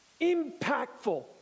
impactful